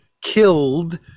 killed